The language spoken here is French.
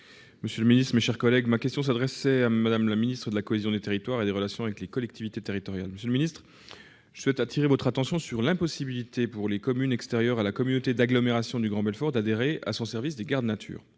les collectivités territoriales. Ma question s'adressait à Mme la ministre de la cohésion des territoires et des relations avec les collectivités territoriales. Monsieur le ministre, je souhaite attirer votre attention sur l'impossibilité pour les communes extérieures à la communauté d'agglomération du Grand Belfort d'adhérer à son service de gardes nature.